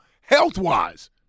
health-wise